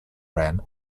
ran